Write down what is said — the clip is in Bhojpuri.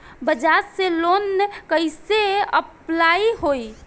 बजाज से लोन कईसे अप्लाई होई?